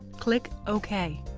click ok.